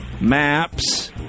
Maps